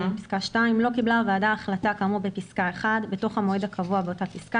לא קיבלה הועדה החלטה כאמור בפסקה (1) בתוך המועד הקבוע באותה פסקה,